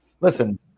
listen